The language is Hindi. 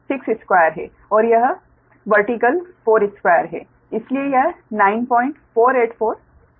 तो यह 862 है और यह ऊर्ध्वाधर 42 है इसलिए यह 9484 मीटर है